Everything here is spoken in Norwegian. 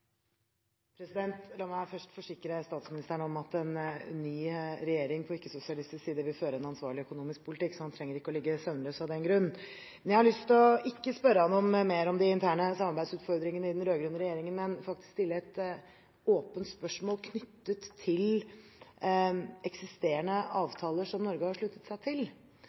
La meg først forsikre statsministeren om at en ny regjering på ikke-sosialistisk side vil føre en ansvarlig økonomisk politikk, så han trenger ikke ligge søvnløs av den grunn. Jeg har ikke lyst til å spørre ham mer om de interne samarbeidsutfordringene i den rød-grønne regjeringen, men faktisk stille et åpent spørsmål knyttet til eksisterende avtaler som Norge har sluttet seg til.